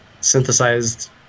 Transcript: synthesized